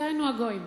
דהיינו הגויים.